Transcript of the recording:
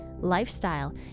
lifestyle